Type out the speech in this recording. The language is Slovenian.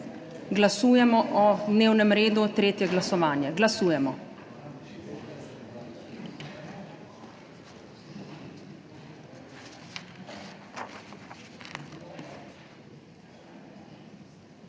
glasujemo o dnevnem redu tretje glasovanje. Glasujemo.